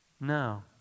No